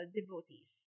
devotees